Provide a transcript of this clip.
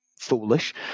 foolish